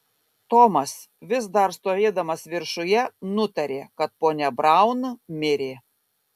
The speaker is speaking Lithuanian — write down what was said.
tomas vis dar stovėdamas viršuje nutarė kad ponia braun mirė